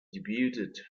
debuted